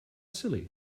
silly